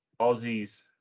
Aussies